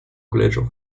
college